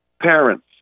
parents